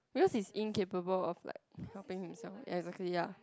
because is incapable of like helping himself ya exactly lah